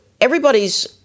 everybody's